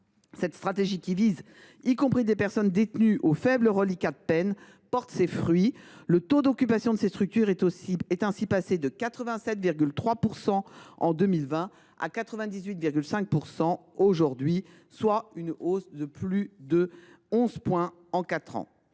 Cette stratégie, qui vise aussi des personnes détenues aux faibles reliquats de peine, porte ses fruits : le taux d’occupation de ces structures est passé de 87,3 % en 2020 à 98,5 % aujourd’hui, soit une hausse de plus de onze points en quatre